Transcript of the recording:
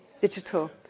digital